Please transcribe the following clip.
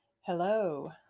Hello